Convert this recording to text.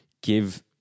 give